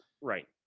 Right